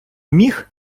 міх